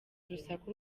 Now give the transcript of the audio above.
urusaku